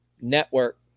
Network